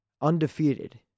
undefeated